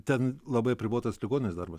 ten labai apribotas ligoninės darbas